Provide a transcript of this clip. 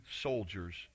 soldiers